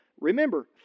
remember